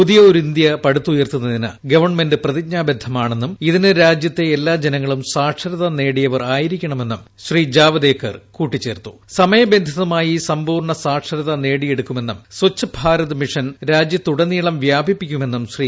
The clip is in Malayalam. പുതിയ ഒരു ഇന്ത്യ പടുത്തുയർത്തുന്നതിന് ഗവൺമെന്റ് പ്രതിജ്ഞാബദ്ധമാണെന്നും ഇതിന് രാജ്യത്തെ എല്ലാ ജനങ്ങളും സാക്ഷരത നേടിയവർ ആയിരിക്കണമെന്നും സമയബന്ധിതമായി സമ്പൂർണ്ണ സാക്ഷരത നേടിയെടുക്കുമെന്നും സ്വച്ച് ഭാരത് മിഷൻ രാജ്യത്തുടനീളം വ്യാപിപ്പിക്കുമെന്നും ശ്രീ